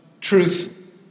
truth